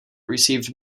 received